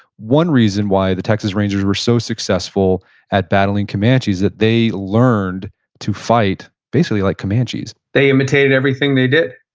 one reason why the texas rangers were so successful at battling comanches is that they learned to fight basically like comanches they imitated everything they did.